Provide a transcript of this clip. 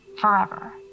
forever